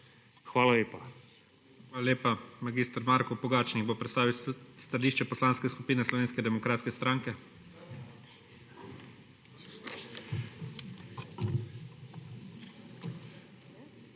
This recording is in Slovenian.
ZORČIČ: Hvala lepa. Mag. Marko Pogačnik bo predstavil stališče Poslanske skupine Slovenske demokratske stranke.